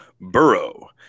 Burrow